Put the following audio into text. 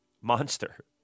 monster